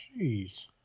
Jeez